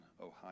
Ohio